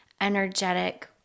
energetic